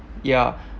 yeah